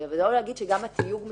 ולא להגיד שגם התיוג משתנה,